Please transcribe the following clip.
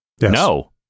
No